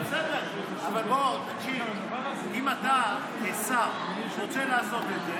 אבל בוא תקשיב, אם אתה כשר רוצה לעשות את זה,